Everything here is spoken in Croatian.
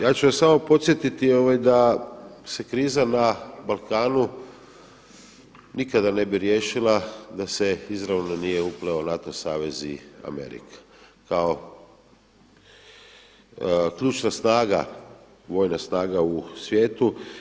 Ja ću vas samo podsjetiti da se kriza na Balkanu nikada ne bi riješila da se izravno nije upleo NATO savez i Amerika kao ključna snaga, vojna snaga na svijetu.